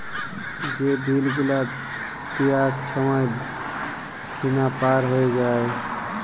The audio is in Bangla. যে বিল গুলা দিয়ার ছময় সীমা পার হঁয়ে যায়